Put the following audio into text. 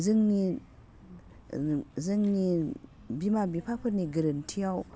जोंनि जोंनि बिमा बिफाफोरनि गोरोन्थियाव